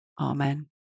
Amen